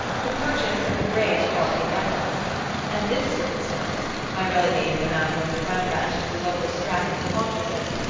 the purchase of the great bartley reynolds and this circumstance, by relegating the matter of the rembrandt to a lower stratum of consciousness,